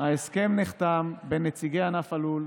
ההסכם נחתם בין נציגי ענף הלול,